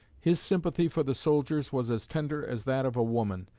his sympathy for the soldiers was as tender as that of a woman,